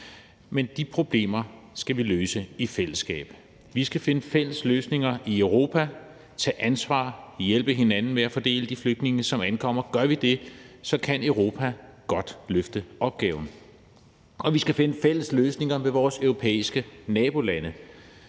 Men de problemer skal vi løse i fællesskab. Vi skal finde fælles løsninger i Europa, tage ansvar og hjælpe hinanden med at fordele de flygtninge, som ankommer. Gør vi det, kan Europa godt løfte opgaven. Og vi skal finde fælles løsninger med vores europæiske nabolande